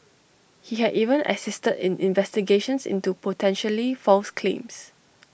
he had even assisted in investigations into potentially false claims